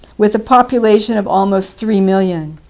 with a population of almost three million.